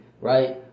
Right